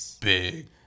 big